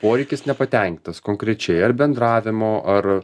poreikis nepatenkintas konkrečiai ar bendravimo ar